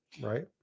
right